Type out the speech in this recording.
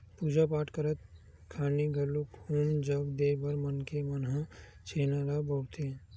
पूजा पाठ करत खानी घलोक हूम जग देय बर मनखे मन ह छेना ल बउरथे